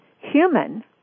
Human